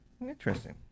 Interesting